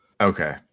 Okay